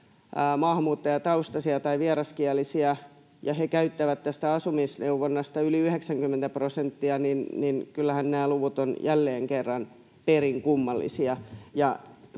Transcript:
maahanmuuttajataustaisia tai vieraskielisiä ja he käyttävät tästä asumisneuvonnasta yli 90 prosenttia, niin kyllähän nämä luvut ovat jälleen kerran perin kummallisia.